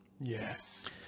yes